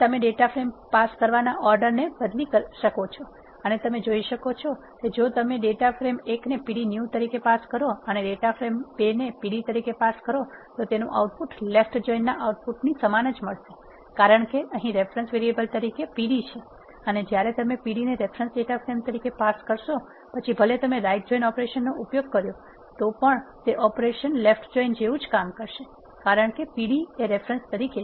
તમે data frame pass કરવાના order ને બદલી શકીયે છિએ અને તમે જોઇ શકો છો કે જો તમે ડેટા ફ્રેમ ૧ ને pd new તરીકે પાસ કરો અને ડેટા ફ્રેમ ૨ તરીકે pd ને પાસ કરશો તો તેનુ આઉટપુટ લેફ્ટ જોઇન ના આઉટપુટ ને સમાન જ મળશે કારણ કે અહી રેફરન્સ વેરીએબલ તરીકે pd છે અને જ્યારે તમે pd ને રેફરન્સ ડેટા ફ્રેમ તરીકે પાસ કરશો પછી ભલે તમે રાઇટ જોઇન ઓપરેશન નો ઉપયોગ કર્યો છે તે ઓપરેશન લેફ્ટ જોઇન જેવું જ કામ કરશે કારણ કે pd એ રેફરન્સ તરીકે છે